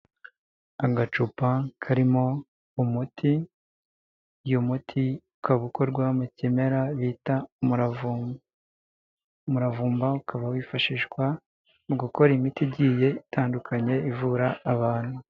Agacupa karimo umuti, uyu muti ukaba uko mu kimera bita umuravumba. Umuravumba ukaba wifashishwa mu gukora imiti igiye itandukanye ivura abantu.